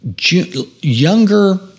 younger